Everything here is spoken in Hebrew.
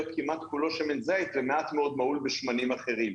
כמעט כולו שמן זית ומעט מאוד מהול בשמנים אחרים.